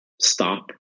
stop